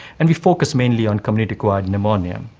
and we focused mainly on community-acquired pneumonia.